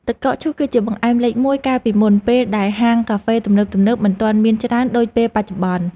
ទឹកកកឈូសគឺជាបង្អែមលេខមួយកាលពីមុនពេលដែលហាងកាហ្វេទំនើបៗមិនទាន់មានច្រើនដូចពេលបច្ចុប្បន្ន។